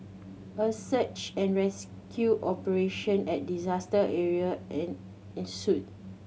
a search and rescue operation at disaster area an ensued